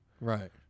Right